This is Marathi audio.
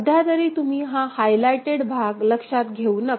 सध्यातरी तुम्ही हा हायलाईटेड भाग लक्षात घेऊ नका